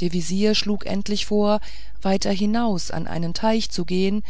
der vezier schlug endlich vor weiter hinaus an einen teich zu gehen